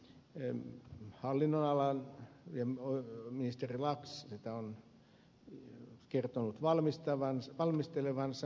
sehän kuuluu oikeusministeriön hallinnonalaan ja oikeusministeri brax sitä on kertonut valmistelevansa